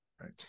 Right